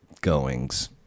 goings